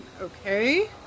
okay